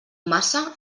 massa